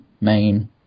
main